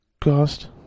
cost